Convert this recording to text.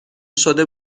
شده